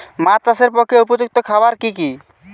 মাছ চাষের পক্ষে উপযুক্ত খাবার কি কি?